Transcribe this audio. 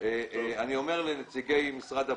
אני אומר לנציגי משרד הבריאות: